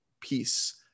peace